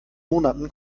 monaten